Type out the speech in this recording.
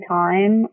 time